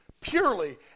purely